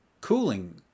cooling